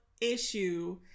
issue